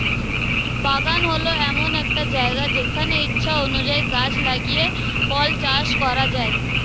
বাগান হল এমন একটা জায়গা যেখানে ইচ্ছা অনুযায়ী গাছ লাগিয়ে ফল চাষ করা যায়